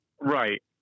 right